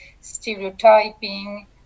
stereotyping